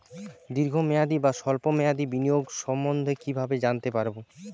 দীর্ঘ মেয়াদি বা স্বল্প মেয়াদি বিনিয়োগ সম্বন্ধে কীভাবে জানতে পারবো?